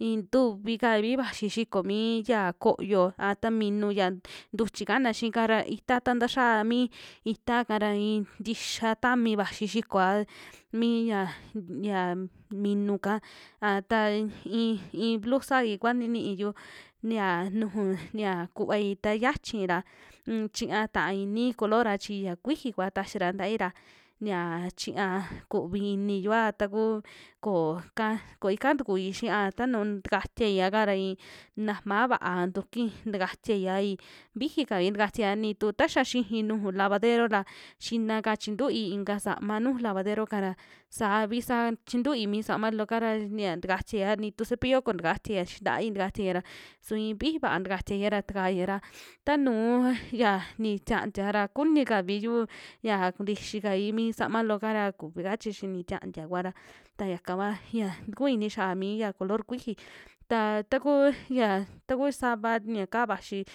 i'in tuvi kavi vaxi xiko mi ya kooyo, a ta minu ya ntuchi ka'ana xiika ra ita ta ta'xaa mi ita'ka ra ii ntixia tami vaxi xikoa miya ya minu'ka, a taa ii, i'i blusai kua niniyu nia nuju ya kuvai ta xiachi ra un chiña ta'a ini color'a chi ya kuiji kua taxira ntaii ra ya chiña kuvi iniyua, tuku koo ka ko ika tikui xia tanu tikatiaiaka ra i'i najma vaa tukui takatiaia ii viji kai tukatiaia, nitu ta xia xiji nuju lavadero ra xinaka chintui inka sama nuju lavader'ka ra saavi sa chintui mi sama loo'ka ra nia takatiaia, ni tu cepillo koo takatiaia xii ntai takatiaia ra su i'in viji vaa takatiaia ra takaia ra, tanuu ya nitiantia ra kuni kaviyu ya kuntixi kai mi sama looka ra kuvika chi xia ni tiantia vua ra, ta yaka kua yia tukuu ini xia'a mi ya colo kuiji, ta takuu ya taku sava ya kaa vaxi.